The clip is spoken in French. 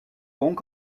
donc